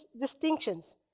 distinctions